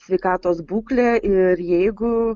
sveikatos būklę ir jeigu